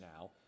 now